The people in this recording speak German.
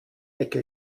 ecke